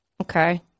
Okay